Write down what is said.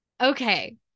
Okay